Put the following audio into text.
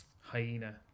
Hyena